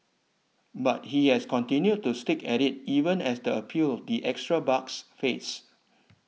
but he has continued to stick at it even as the appeal the extra bucks fades